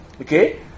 Okay